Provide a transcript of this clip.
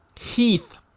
Heath